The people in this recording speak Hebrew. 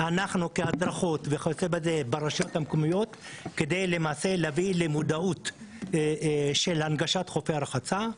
ועובד על זה ברשויות המקומיות כדי להביא למודעות של הנגשת חופי הרחצה.